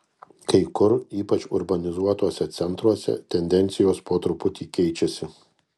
kai kur ypač urbanizuotuose centruose tendencijos po truputį keičiasi